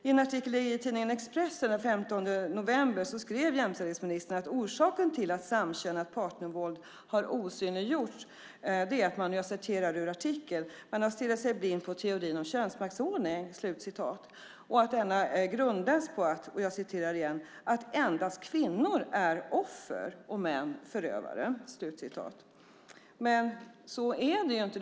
I en artikel i tidningen Expressen den 15 november skrev jämställdhetsministern att orsaken till att samkönat partnervåld har osynliggjorts är att "man har stirrat sig blind på teorin om könsmaktsordning". Denna grundas på "att endast kvinnor är offer och män förövare". Men så är det inte.